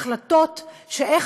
החלטות שהן,